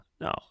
no